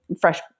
fresh